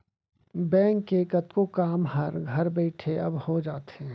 bank के कतको काम हर घर बइठे अब हो जाथे